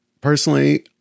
personally